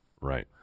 Right